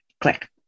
click